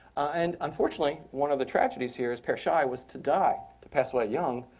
and unfortunately one of the tragedies here is per schei was to die, to pass away young,